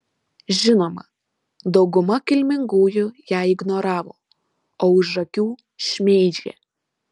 žinoma dauguma kilmingųjų ją ignoravo o už akių šmeižė